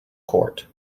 court